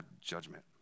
judgment